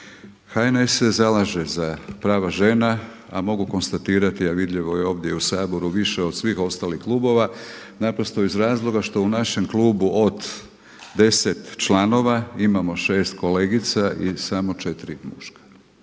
HNS se zalaže za prava žena, a mogu konstatirati, a vidljivo je ovdje i u Saboru više od svih ostalih klubova, naprosto iz razloga što u našem klubu od 10 članova imamo 6 kolegica i samo 4 muška.